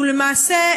והוא למעשה,